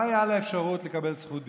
לא הייתה לה אפשרות לקבל זכות דיבור,